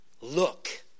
Look